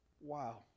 wow